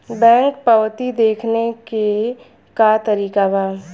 Bank पवती देखने के का तरीका बा?